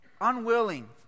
unwilling